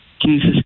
Jesus